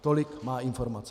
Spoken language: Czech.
Tolik má informace.